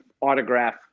autograph